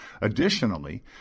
Additionally